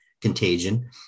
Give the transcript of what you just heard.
contagion